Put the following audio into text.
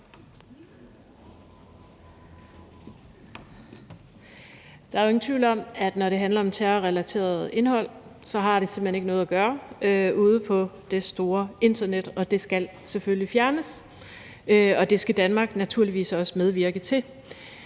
ikke nogen tvivl om, at det, når det handler om terrorrelateret indhold, så simpelt hen ikke har noget at gøre ude på det store internet, og at det selvfølgelig skal fjernes, og det skal Danmark naturligvis også medvirke til,